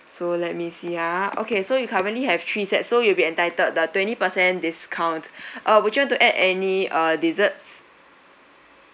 so let me see ah okay so you currently have three sets so you'll be entitled the twenty percent discount uh would you want to add any uh desserts